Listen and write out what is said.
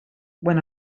when